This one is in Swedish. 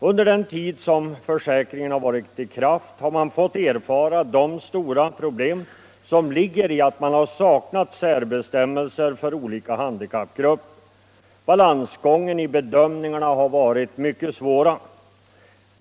Under den tid försäkringen varit i kraft har man fått erfara de stora problem som ligger i att vi saknar särbestämmelser för olika handikappgrupper. Balansgången i bedömningarna har varit mycket svår.